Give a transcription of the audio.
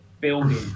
building